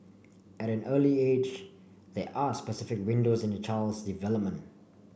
at an early age there are specific windows in a child's development